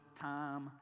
time